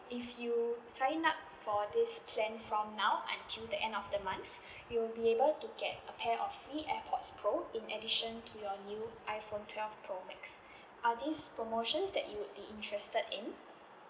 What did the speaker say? if you sign up for this plan from now until the end of the month you will be able to get a pair of free airpods pro in addition to your new iphone twelve pro max are these promotions that you would be interested in